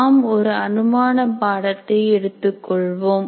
நாம் ஒரு அனுமான பாடத்தை எடுத்துக் கொள்வோம்